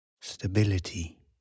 stability